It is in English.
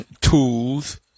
tools